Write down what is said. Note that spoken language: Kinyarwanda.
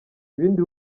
ibindi